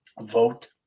vote